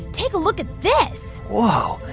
take a look at this whoa.